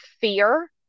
fear